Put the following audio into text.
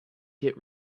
git